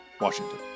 Washington